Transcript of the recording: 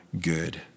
good